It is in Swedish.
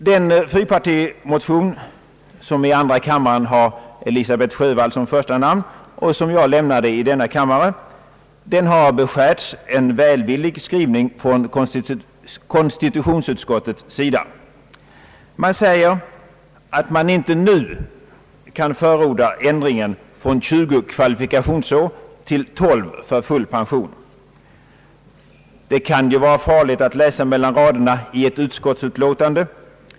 Den fyrpartimotion, som i andra kammaren har Elisabet Sjövall som första namn och som jag väckt i denna kammare, har beskärts en välvillig skrivning från konstitutionsutskottets sida. Man säger att man inte nu kan förorda ändringen från 20 kvalifikationsår till 12 för full pension. Det kan vara farligt att läsa mellan raderna i ett utskottsutlåtande.